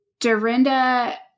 Dorinda